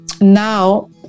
now